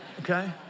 okay